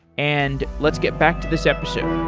and let's get back to this episode